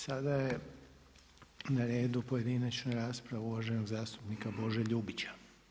Sada je na redu pojedinačna rasprava uvaženog zastupnika Bože Ljubića.